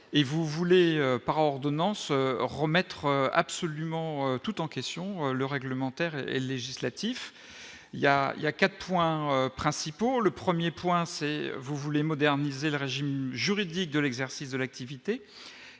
et vous voulez par ordonnance remettre absolument tout en question, le réglementaire et législatif, il y a, il y a 4 points principaux : le 1er point c'est vous voulez moderniser le régime juridique de l'exercice de l'activité,